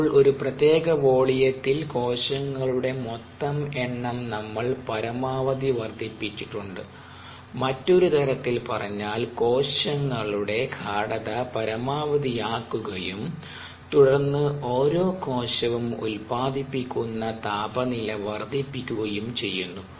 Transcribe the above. അപ്പോൾ ഒരു പ്രത്യേക വോളിയത്തിൽ കോശങ്ങളുടെ മൊത്തം എണ്ണം നമ്മൾ പരമാവധി വർദ്ധിപ്പിച്ചിട്ടുണ്ട് മറ്റൊരു തരത്തിൽ പറഞ്ഞാൽ കോശങ്ങളുടെ ഗാഢത പരമാവധിയാക്കുകയും തുടർന്ന് ഓരോ കോശവും ഉത്പാദിപ്പിക്കുന്ന താപനില വർദ്ധിപ്പിക്കുകയും ചെയ്യുന്നു